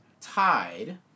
tied